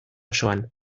osoan